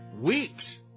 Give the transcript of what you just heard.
weeks